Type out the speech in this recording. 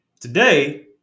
Today